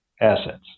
assets